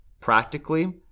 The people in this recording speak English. Practically